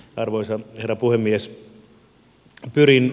arvoisa herra puhemies